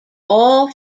all